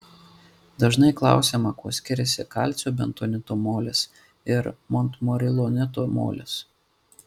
dažnai klausiama kuo skiriasi kalcio bentonito molis ir montmorilonito molis